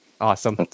Awesome